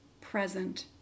present